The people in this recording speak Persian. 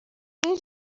این